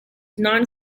non